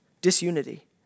Disunity